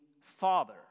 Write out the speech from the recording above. father